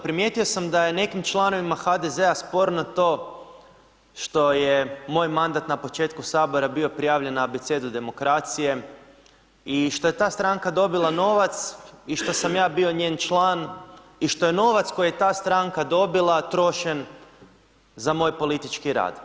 Primijetio sam da je nekim članovima HDZ sporno to što je moj mandat na početku Sabora bio prijavljen na Abecedu demokracije, i što je ta stranka dobila novac i što sam ja bio njen član, i što je novac koji je ta stranka dobila, trošen za moj politički rad.